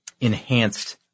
enhanced